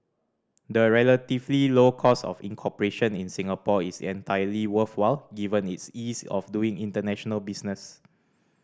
the relatively low cost of incorporation in Singapore is entirely worthwhile given its ease of doing international business